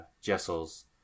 Jessel's